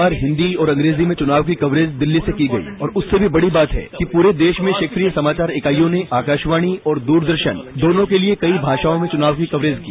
इस बार हिन्दी और अंग्रजी में चुनाव की कवरेज दिल्ली से की गई और उससे भी बड़ी बात है कि पूरे देश में क्षेत्रिय समाचार ईकाइयों ने आकाशवाणी और दूरदर्शन दोनों के लिए कई भाषाओं में चुनाव की कवरेज की